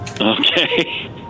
okay